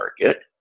market